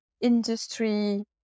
industry